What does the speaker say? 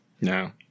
No